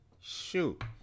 Shoot